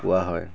কোৱা হয়